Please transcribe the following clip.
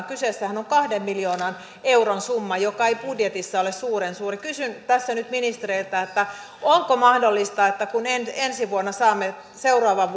kyseessähän on kahden miljoonan euron summa joka ei budjetissa ole suuren suuri kysyn tässä nyt ministereiltä onko mahdollista kun ensi vuonna saamme seuraavan